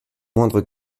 moindre